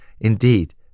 Indeed